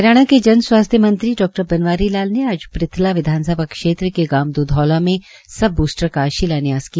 हरियाणा के जन स्वास्थ्य मंत्री डॉ बनवारी लाल ने आज पृथला विधानसभा क्षेत्र के गांव द्धौला में सब बूस्टर का शिलान्यास किया